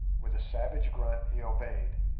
with a savage grunt he obeyed,